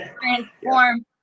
transform